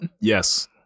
Yes